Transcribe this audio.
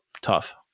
tough